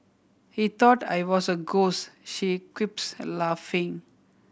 he thought I was a ghost she quips laughing